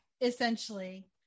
essentially